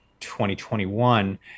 2021